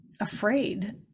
afraid